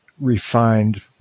refined